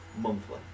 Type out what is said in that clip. monthly